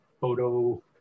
photo